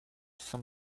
some